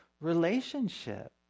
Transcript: relationship